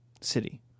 city